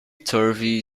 turvy